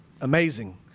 amazing